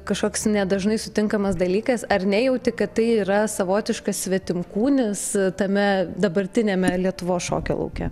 kažkoks ne dažnai sutinkamas dalykas ar nejauti kad tai yra savotiškas svetimkūnis tame dabartiniame lietuvos šokio lauke